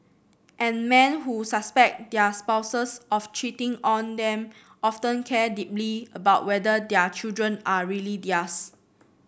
and men who suspect their spouses of cheating on them often care deeply about whether their children are really theirs